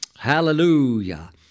Hallelujah